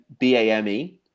BAME